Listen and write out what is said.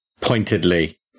pointedly